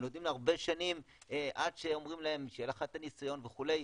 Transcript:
ונותנים להם הרבה שנים עד שאומרים להם שיהיה לך את הניסיון וכולי,